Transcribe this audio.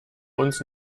uns